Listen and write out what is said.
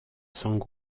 sang